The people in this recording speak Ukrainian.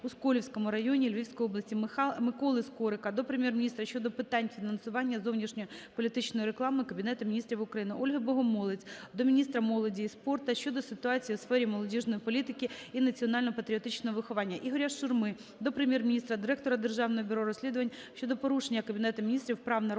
у Сколівському районі Львівської області. Миколи Скорика до Прем'єр-міністра щодо питань фінансування зовнішньої політичної реклами Кабінетом Міністрів України. Ольги Богомолець до міністра молоді і спорту щодо ситуації у сфері молодіжної політики і національно-патріотичного виховання. Ігоря Шурми до Прем'єр-міністра, директора Державного бюро розслідування щодо порушення Кабінетом Міністрів прав народного